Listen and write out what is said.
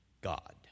God